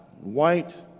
white